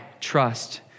trust